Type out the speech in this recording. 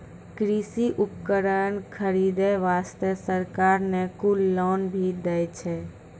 कृषि उपकरण खरीदै वास्तॅ सरकार न कुल लोन भी दै छै